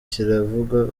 kiravuga